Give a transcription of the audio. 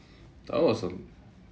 I wasn't